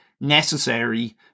necessary